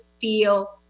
feel